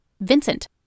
Vincent